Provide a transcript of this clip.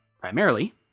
Primarily